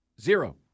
zero